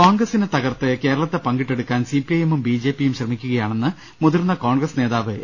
കോൺഗ്രസിനെ തകർത്ത് കേരളത്തെ പങ്കിട്ടെടുക്കാൻ സി പി ഐ എമ്മും ബി ജെ പിയും ശ്രമിക്കുകയാണെന്ന് മുതിർന്ന കോൺഗ്രസ് നേതാവ് എ